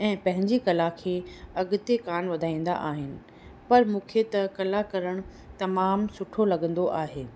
ऐं पंहिंजी कला खे अॻिते कान वधाईंदा आहिनि पर मूंखे त कला करणु तमामु सुठो लॻंदो आहे